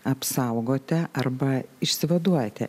apsaugote arba išsivaduojate